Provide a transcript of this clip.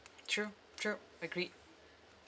true true agree